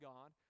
God